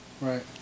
Right